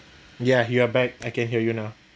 ya you're back I can hear you now